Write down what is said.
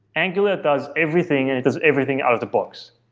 angular does everything and it does everything out of the box.